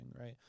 right